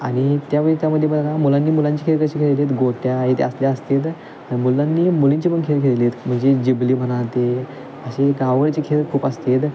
आणि त्यावेळी त्यामध्ये बघा मुलांनी मुलांचे खेळ कसे खेळले आहेत गोट्या इथे असल्या असतात मुलांनी मुलींचे पण खेळ खेळ आहेत म्हणजे जिबली म्हणा ते असे गावाकडचे खेळ खूप असतात